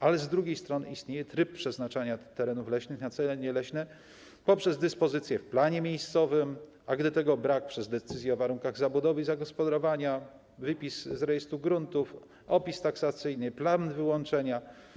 Ale z drugiej strony istnieje tryb przeznaczania terenów leśnych na cele nieleśne poprzez dyspozycje w planie miejscowym, a gdy tego brak, przez decyzje o warunkach zabudowy i zagospodarowania, wypis z rejestru gruntów, opis taksacyjny, plan wyłączenia.